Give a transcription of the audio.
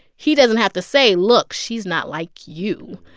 he doesn't have to say, look she's not like you.